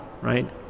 right